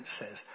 says